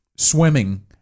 Swimming